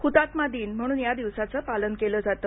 हुतात्मा दिन म्हणून या दिवसाचं पालन केलं जातं